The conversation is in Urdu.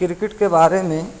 کرکٹ کے بارے میں